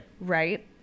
Right